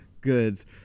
goods